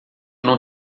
não